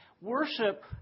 worship